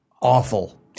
awful